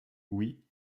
oui